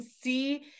see